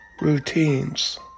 routines